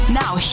now